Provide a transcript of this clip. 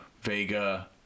vega